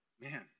man